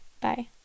Bye